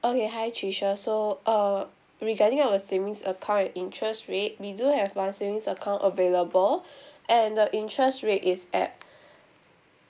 okay hi tricia so uh regarding our savings account and interest rate we do have one savings account available and the interest rate is at